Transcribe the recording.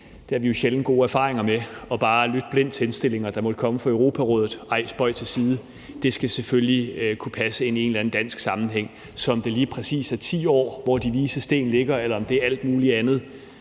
Vi har jo sjældent gode erfaringer med bare blindt at lytte til de indstillinger, der måtte komme fra Europarådet. Nej, spøg til side, det skal selvfølgelig kunne passe ind i en eller anden dansk sammenhæng, og om det lige præcis er 10 år, som er de vises sten, eller om det er alt muligt andet,